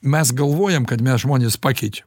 mes galvojam kad mes žmones pakeičiam